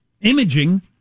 Imaging